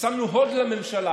שמנו hold לממשלה.